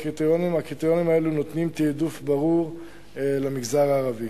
הקריטריונים האלו נותנים תעדוף ברור למגזר הערבי.